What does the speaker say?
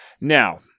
Now